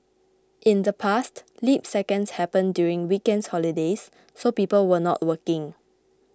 in the past leap seconds happened during weekends holidays so people were not working